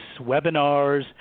webinars